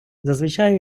зазвичай